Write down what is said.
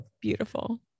Beautiful